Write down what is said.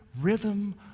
rhythm